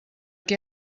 què